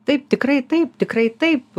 taip tikrai taip tikrai taip